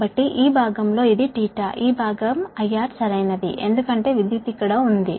కాబట్టి ఈ భాగం లో ఇది ఈ భాగం IR సరైనది ఎందుకంటే విద్యుత్ ఇక్కడ ఉంది